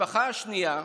המשפחה השנייה,